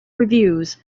reviews